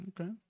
Okay